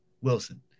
Wilson